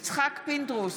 יצחק פינדרוס,